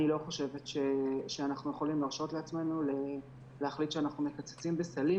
אני לא חושבת שאנחנו יכולים להרשות לעצמנו להחליט שאנחנו מקצצים בסלים,